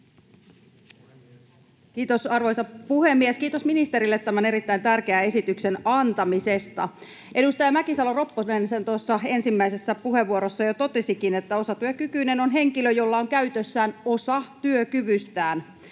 Kiitos, arvoisa puhemies! Kiitos ministerille tämän erittäin tärkeän esityksen antamisesta. Edustaja Mäkisalo-Ropponen sen tuossa ensimmäisessä puheenvuorossa jo totesikin, että osatyökykyinen on henkilö, jolla on käytössään osa työkyvystään.